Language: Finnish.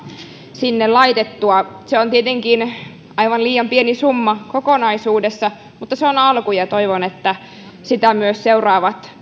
sinne laitettua se on tietenkin aivan liian pieni summa kokonaisuudessa mutta se on alku ja toivon että sitä myös seuraavat